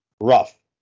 Rough